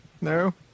no